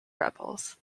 rebels